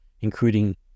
including